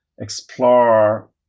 explore